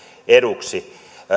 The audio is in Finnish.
eduksi